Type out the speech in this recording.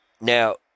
Now